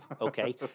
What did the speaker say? Okay